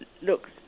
look